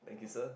thank you sir